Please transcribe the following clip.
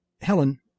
Helen